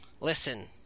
Listen